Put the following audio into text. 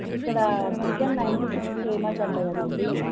ఇక్కడ chicken ninety six famous అంట కదండీ